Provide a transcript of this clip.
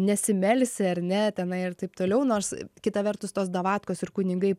nesimelsi ar ne tenai ir taip toliau nors kita vertus tos davatkos ir kunigai